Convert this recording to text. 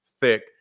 thick